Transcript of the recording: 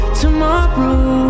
tomorrow